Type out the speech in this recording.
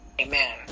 Amen